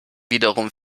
wiederum